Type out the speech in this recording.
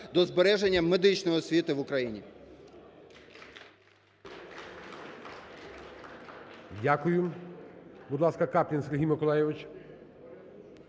до збереження медичної освіти в Україні.